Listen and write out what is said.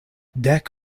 dek